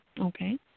Okay